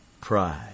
pride